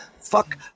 Fuck